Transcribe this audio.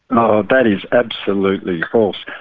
ah that is absolutely false.